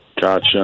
Gotcha